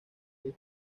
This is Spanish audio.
luis